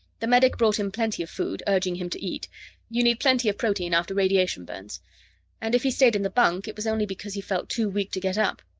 the medic brought him plenty of food, urging him to eat you need plenty of protein after radiation burns and if he stayed in the bunk, it was only because he felt too weak to get up.